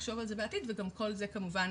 נחשוב על זה בעתיד וגם את כל זה כמובן